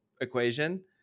equation